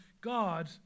God